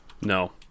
no